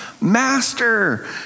Master